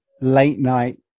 late-night